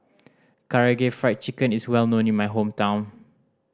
Karaage Fried Chicken is well known in my hometown